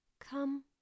come